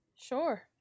sure